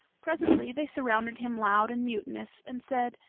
presently they surrounded him loud and mutinous, and said,